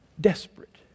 desperate